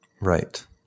Right